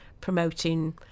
promoting